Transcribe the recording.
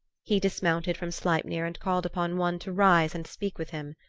he dismounted from sleipner and called upon one to rise and speak with him.